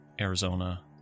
Arizona